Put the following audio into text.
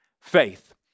Faith